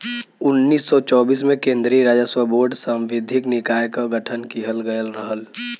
उन्नीस सौ चौबीस में केन्द्रीय राजस्व बोर्ड सांविधिक निकाय क गठन किहल गयल रहल